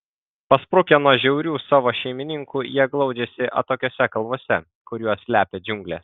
pasprukę nuo žiaurių savo šeimininkų jie glaudžiasi atokiose kalvose kur juos slepia džiunglės